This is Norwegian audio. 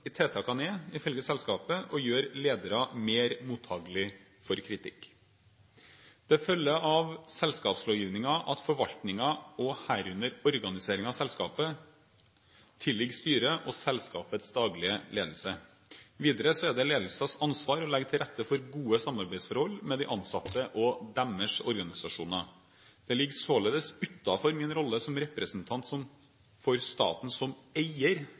tiltakene er, ifølge selskapet, å gjøre ledere mer mottakelige for kritikk. Det følger av selskapslovgivningen at forvaltningen, og herunder organiseringen av selskapet, tilligger styret og selskapets daglige ledelse. Videre er det ledelsens ansvar å legge til rette for gode samarbeidsforhold med de ansatte og deres organisasjoner. Det ligger således utenfor min rolle som representant for staten som eier